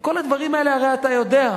את כל הדברים האלה הרי אתה יודע.